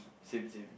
same same